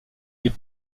est